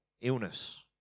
illness